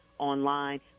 online